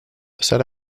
said